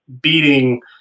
beating